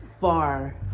far